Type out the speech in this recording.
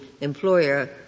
employer